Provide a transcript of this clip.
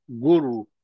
Guru